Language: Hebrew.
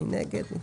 מי נגד?